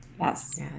Yes